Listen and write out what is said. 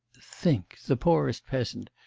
think the poorest peasant,